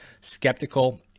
skeptical